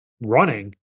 running